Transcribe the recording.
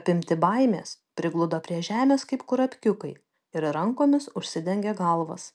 apimti baimės prigludo prie žemės kaip kurapkiukai ir rankomis užsidengė galvas